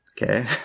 Okay